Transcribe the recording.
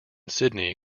sydney